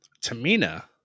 Tamina